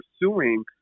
pursuing